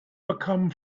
become